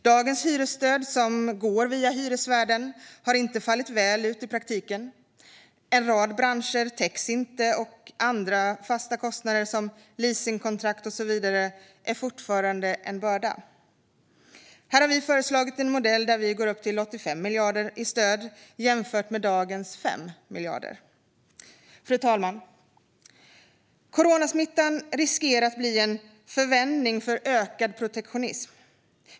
Dagens hyresstöd, som går via hyresvärden, har inte fallit väl ut i praktiken. En rad branscher täcks inte. Andra fasta kostnader, såsom leasingkontrakt, är fortfarande en börda. Kristdemokraterna har föreslagit en modell där vi går upp till 85 miljarder i stöd, jämfört med dagens 5 miljarder. Fru talman! Coronasmittan riskerar att bli en förevändning för ökad protektionism.